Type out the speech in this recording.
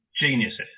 Geniuses